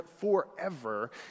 forever